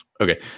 Okay